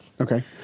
Okay